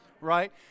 right